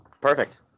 Perfect